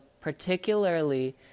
particularly